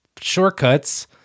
shortcuts